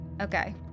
Okay